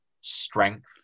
strength